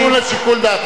זה כשזה נתון לשיקול דעתך.